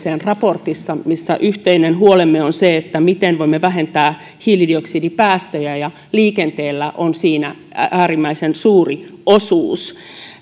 raportista missä yhteinen huolemme on miten voimme vähentää hiilidioksidipäästöjä ja liikenteellä on siinä äärimmäisen suuri osuus